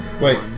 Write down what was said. Wait